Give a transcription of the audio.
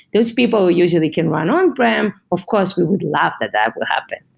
those people usually can run on-prem. of course, we would love that that will happen.